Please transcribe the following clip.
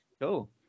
Cool